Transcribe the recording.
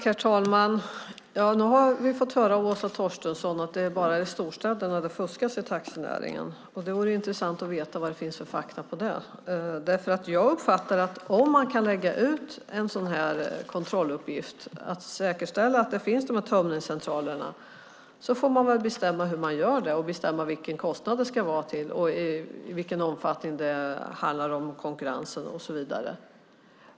Herr talman! Nu har vi fått höra av Åsa Torstensson att det bara är i storstäderna det fuskas i taxinäringen. Det vore intressant att veta vad det finns för fakta på detta. Jag uppfattar nämligen att man om man kan lägga ut en kontrolluppgift och säkerställa att tömningscentralerna finns väl får bestämma hur man gör det, vilken kostnad det ska vara till, i vilken omfattning det handlar om konkurrensen och så vidare.